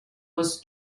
was